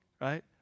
right